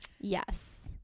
Yes